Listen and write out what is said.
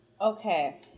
Okay